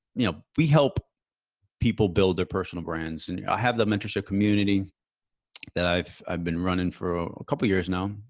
you know, we help people build their personal brands. and i have the mentorship community that i've i've been running for a couple of years now.